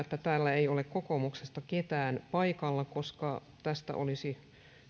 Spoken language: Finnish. että täällä ei ole kokoomuksesta ketään paikalla koska tästä olisi